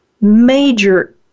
major